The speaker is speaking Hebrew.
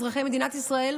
אזרחי מדינת ישראל,